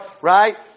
right